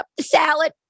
salad